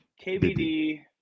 KBD